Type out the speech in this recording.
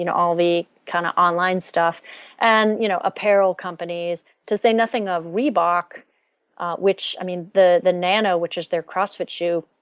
you know all the kind of online stuff and you know apparel companies to say nothing off reebok which i mean the the nano which is their crossfit shoe,